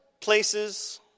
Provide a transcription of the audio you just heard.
places